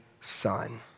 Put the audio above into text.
son